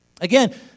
Again